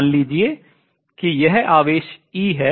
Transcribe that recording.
मान लीजिए कि यह आवेश e है